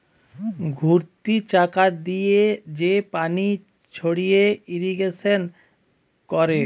ঘুরতি চাকা দিয়ে যে পানি ছড়িয়ে ইরিগেশন করে